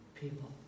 people